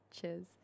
Cheers